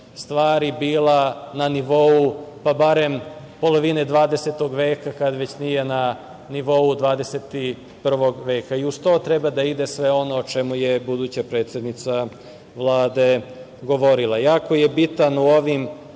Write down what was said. stvari bila na nivou, pa barem polovine 20. veka, kad već nije na nivou 21. veka. I uz to treba da ide sve ono o čemu je buduća predsednica Vlade govorila. Jako je bitan u ovim